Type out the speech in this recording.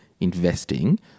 investing